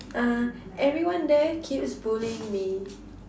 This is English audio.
uh everyone there keeps bullying me